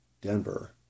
Denver